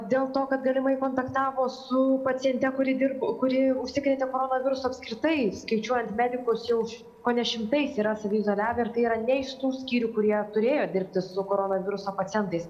dėl to kad galimai kontaktavo su paciente kuri dirba kurie užsikrėtė koronavirusu apskritai skaičiuojant medikus jau kone šimtais yra saviizoliavę ir tai yra ne iš tų skyrių kurie turėjo dirbti su koronaviruso pacientais